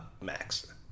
max